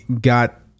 got